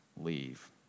leave